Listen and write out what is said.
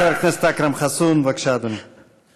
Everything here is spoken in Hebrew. חבר הכנסת אכרם חסון, בבקשה, אדוני.